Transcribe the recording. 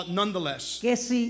nonetheless